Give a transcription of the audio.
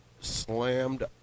slammed